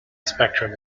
spectrum